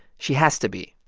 she has to be.